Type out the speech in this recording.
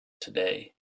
today